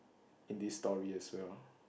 in this story as well